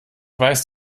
weiß